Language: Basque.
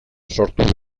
sortu